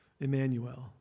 Emmanuel